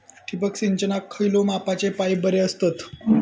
ठिबक सिंचनाक खयल्या मापाचे पाईप बरे असतत?